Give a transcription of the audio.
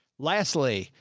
lastly,